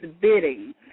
bidding